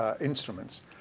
instruments